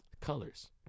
colors